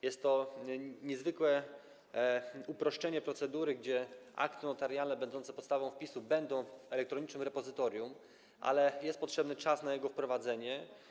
Jest to niezwykłe uproszczenie procedury, gdzie akty notarialne będące podstawą wpisu będą w elektronicznym repozytorium, ale jest potrzebny czas na jego wprowadzenie.